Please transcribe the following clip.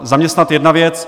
Zaměstnat jedna věc.